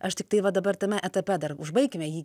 aš tiktai va dabar tame etape dar užbaikime jį